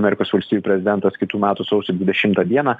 amerikos valstijų prezidentas kitų metų sausio dvidešimtą dieną